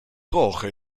rauche